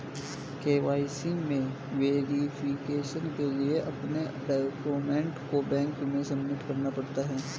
KYC में verification के लिए अपने डाक्यूमेंट को बैंक में सबमिट करना पड़ता है